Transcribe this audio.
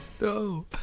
No